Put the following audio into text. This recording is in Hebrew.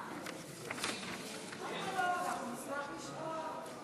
תודה, אדוני היושב-ראש.